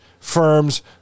firms